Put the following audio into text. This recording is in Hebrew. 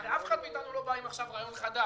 הרי אף אחד מאיתנו לא בא עכשיו עם רעיון חדש.